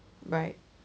right